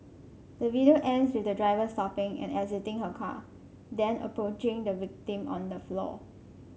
the video ends with the driver stopping and exiting her car then approaching the victim on the floor